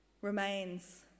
Remains